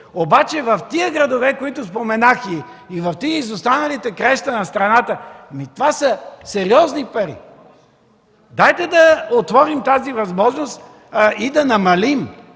обаче в тези градове, за които споменах, и в тези изостанали краища на страната, това са сериозни пари! Дайте да отворим тази възможност и да намалим